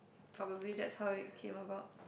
probably that's how it came about